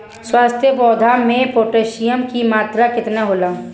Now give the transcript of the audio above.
स्वस्थ पौधा मे पोटासियम कि मात्रा कितना होला?